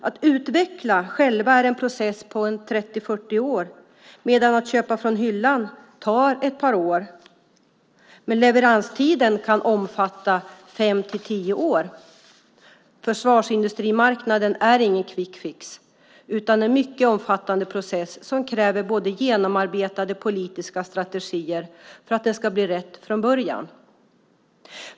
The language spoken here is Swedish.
Att utveckla själv är en process på 30-40 år medan att köpa från hyllan tar ett par år - men leveranstiden kan omfatta 5-10 år. Försvarsmarknaden är inget quick fix utan en mycket omfattande process som kräver genomarbetade politiska strategier för att det ska bli rätt från början.